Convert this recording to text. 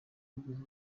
yigeze